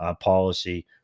policy